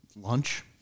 Lunch